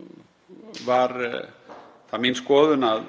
mál var það mín skoðun að